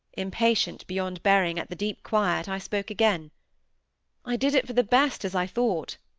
impatient beyond bearing at the deep quiet, i spoke again i did it for the best, as i thought